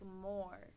more